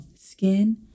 skin